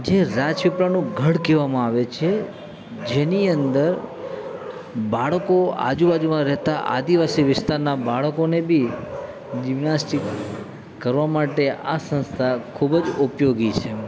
જે રાજપીપળાનું ગઢ કહેવામાં આવે છે જેની અંદર બાળકો આજુ બાજુમાં રહેતા આદિવાસી વિસ્તારના બાળકોને બી જિમ્નાસ્ટિક કરવા માટે આ સંસ્થાઓ ખૂબ જ ઉપયોગી છે